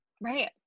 right